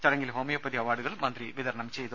ചടങ്ങിൽ ഹോമിയോപ്പതി അവാർഡുകൾ മന്ത്രി വിതരണം ചെയ്തു